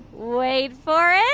wait for